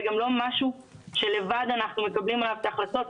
זה גם לא משהו שאנחנו מקבלים עליו את ההחלטה לבד,